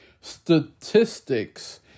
statistics